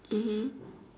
mmhmm